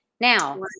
Now